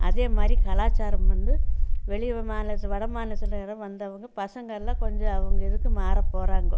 அதே மாதிரி கலாச்சாரம் வந்து வெளி மாநிலத்தில் வட மாநிலத்திலேந்து வந்தவங்க பசங்களாம் கொஞ்சம் அவங்க இதுக்கு மாறப் போகிறாங்கோ